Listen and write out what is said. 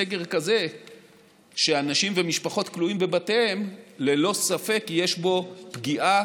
סגר כזה שאנשים ומשפחות כלואים בבתיהם ללא ספק יש בו פגיעה